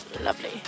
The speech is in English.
Lovely